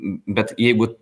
bet jeigu